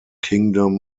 kingdom